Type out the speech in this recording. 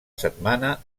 setmana